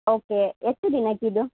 okay ಎಷ್ಟು ದಿನಕ್ಕೆ ಇದು